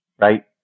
Right